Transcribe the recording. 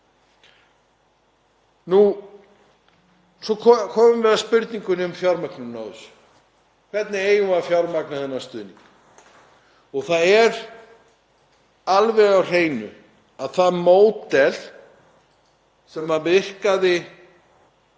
Svo komum við að spurningunni um fjármögnun á þessu: Hvernig eigum við að fjármagna þennan stuðning? Það er alveg á hreinu að það módel sem virkaði